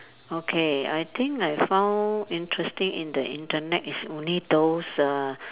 okay I think I found interesting in the internet is only those err